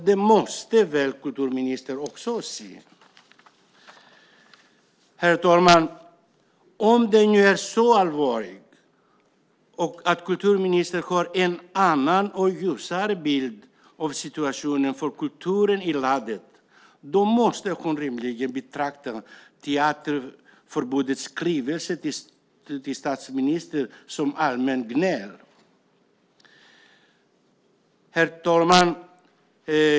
Det måste väl kulturministern också se. Herr talman! Om det nu är så allvarligt att kulturministern har en annan och ljusare bild av situationen för kulturen i landet måste hon rimligen betrakta Teaterförbundets skrivelse till statsministern som allmänt gnäll. Herr talman!